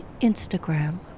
Instagram